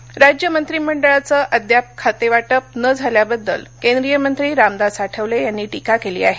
आठवले राज्य मंत्रिमंडळाचं अद्याप खातेवाटप होऊ न झाल्याबद्दल केंद्रीय मंत्री रामदास आठवले यांनी टीका केली आहे